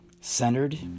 centered